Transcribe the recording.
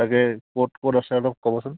তাকে ক'ত ক'ত আছে অলপ ক'বচোন